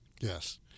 Yes